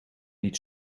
niet